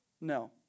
No